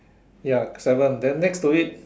ya seven then next to it